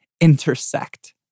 intersect